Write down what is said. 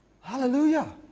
Hallelujah